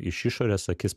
iš išorės akis